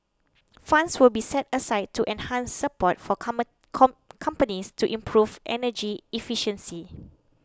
funds will be set aside to enhance support for common con companies to improve energy efficiency